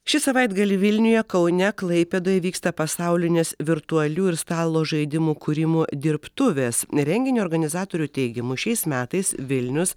šį savaitgalį vilniuje kaune klaipėdoj vyksta pasaulinės virtualių ir stalo žaidimų kūrimo dirbtuvės renginio organizatorių teigimu šiais metais vilnius